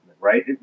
right